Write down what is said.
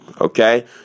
Okay